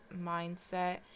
mindset